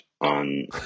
on